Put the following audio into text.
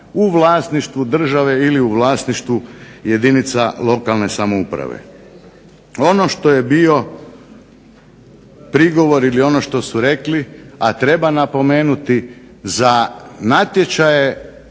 u vlasništvu države ili u vlasništvu jedinica lokalne samouprave. Ono što je bio prigovor ili ono što su rekli a treba napomenuti za natječaje